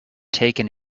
taken